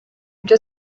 byo